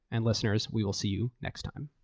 and listeners, we will see you next time.